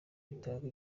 bitanga